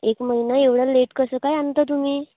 एक महिना एवढा लेट कसं काय आणता तुम्ही